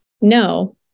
No